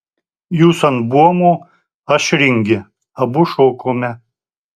jūs ant buomo aš ringe abu šokome